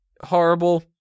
Horrible